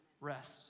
rest